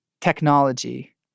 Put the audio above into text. technology